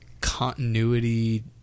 continuity